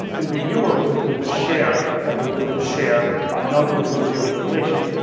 and nbviewer was a tool to share that was built to share notebooks with zero installation.